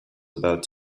about